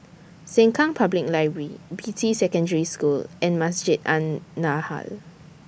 Sengkang Public Library Beatty Secondary School and Masjid An Nahdhah